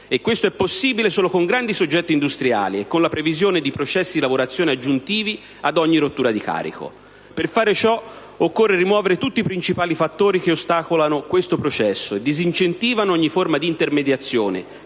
all'altro è possibile solo con grandi soggetti industriali e con la previsione di processi di lavorazione aggiuntivi ad ogni rottura di carico, appunto. Per fare ciò occorre rimuovere tutti i principali fattori che ostacolano questo processo e disincentivare ogni forma di intermediazione